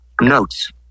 Notes